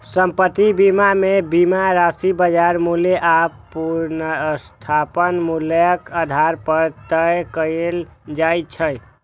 संपत्ति बीमा मे बीमा राशि बाजार मूल्य आ पुनर्स्थापन मूल्यक आधार पर तय कैल जाइ छै